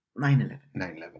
9-11